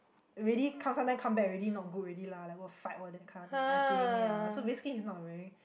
already come sometime come back already not good already lah like go fight all that kind of thing I think ya so basically he's not a very